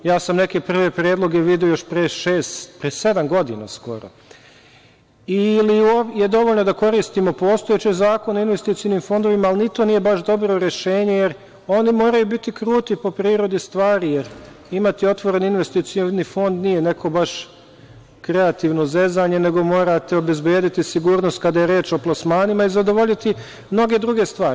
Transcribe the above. Ja sam neke prve predloge video još pre šest, pre sedam godina skoro, ili je dovoljno da koristimo postojeće Zakone o investicionim fondovima, ali ni to nije baš dobro rešenje jer oni moraju biti kruti po prirodi stvari, jer imati otvoreni investicionim fond nije neko baš kreativno zezanje, nego morate obezbediti sigurnost kada je reč o plasmanima i zadovoljiti mnoge druge stvari.